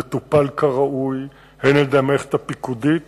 זה טופל כראוי הן על-ידי המערכת הפיקודית